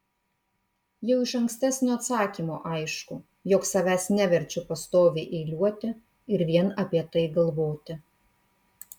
jau iš ankstesnio atsakymo aišku jog savęs neverčiu pastoviai eiliuoti ir vien apie tai galvoti